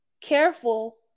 careful